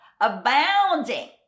abounding